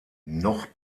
noch